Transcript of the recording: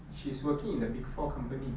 she's working in the big four company